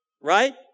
Right